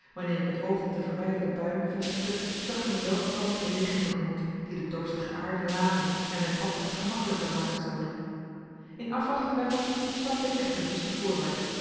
wanneer ik het oog op de verwijderde buien vestigde zag ik met welgevallen den regen te gemoet die de dorstige aarde laven en mijn pad wat gemakkelijker maken zoude in afwachting daarvan stapte ik echter rustig voorwaarts